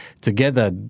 together